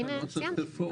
הנה ציינתי.